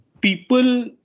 people